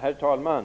Herr talman!